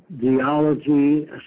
geology